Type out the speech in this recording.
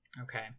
Okay